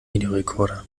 videorekorder